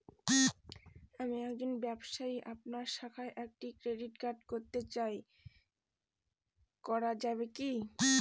আমি একজন ব্যবসায়ী আপনার শাখায় একটি ক্রেডিট কার্ড করতে চাই করা যাবে কি?